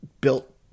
built